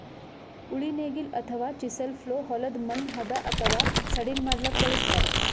ಉಳಿ ನೇಗಿಲ್ ಅಥವಾ ಚಿಸೆಲ್ ಪ್ಲೊ ಹೊಲದ್ದ್ ಮಣ್ಣ್ ಹದಾ ಅಥವಾ ಸಡಿಲ್ ಮಾಡ್ಲಕ್ಕ್ ಬಳಸ್ತಾರ್